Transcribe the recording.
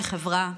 כחברה,